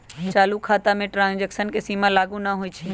चालू खता में ट्रांजैक्शन के सीमा लागू न होइ छै